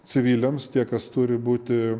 civiliams tie kas turi būti